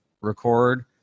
record